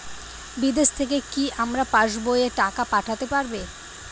বিদেশ থেকে কি আমার পাশবইয়ে টাকা পাঠাতে পারবে?